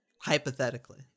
hypothetically